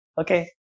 Okay